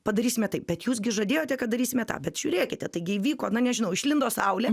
padarysime taip bet jūs gi žadėjote kad darysime tą bet žiūrėkite taigi įvyko na nežinau išlindo saulė